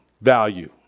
value